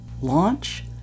Launch